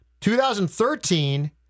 2013